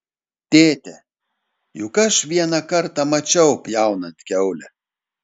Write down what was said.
tėte juk aš vieną kartą mačiau pjaunant kiaulę